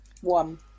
One